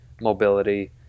mobility